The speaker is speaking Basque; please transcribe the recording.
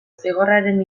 zigorraren